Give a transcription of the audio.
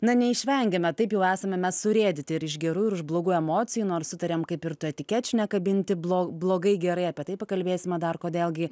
na neišvengiame taip jau esame mes surėdyti ir iš gerų ir blogų emocijų nors sutariam kaip ir tų etikečių nekabinti blo blogai gerai apie tai pakalbėsime dar kodėl gi